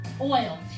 oil